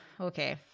okay